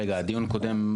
רגע, דיון קודם?